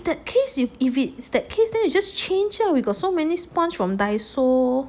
that case if that case you just change ah we've got so many sponge from Daiso